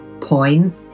point